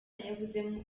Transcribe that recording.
yabuze